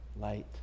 light